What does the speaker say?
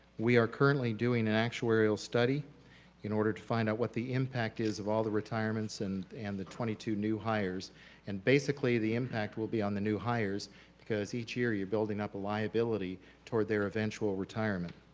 we are currently doing and actuarial study in order to find out what the impact is of all the retirements and and the twenty two new and basically the impact will be on the new hires because each year, you're building up a liability toward their eventual retirement.